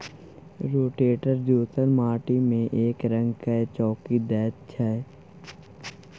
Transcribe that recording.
rotator जोतल माटि मे एकरंग कए चौकी दैत छै